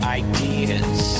ideas